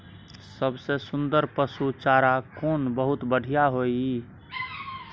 सबसे सुन्दर पसु चारा कोन बहुत बढियां होय इ?